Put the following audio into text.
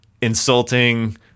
insulting